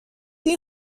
این